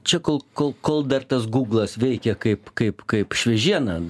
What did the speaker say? čia kol kol kol dar tas guglas veikia kaip kaip kaip šviežiena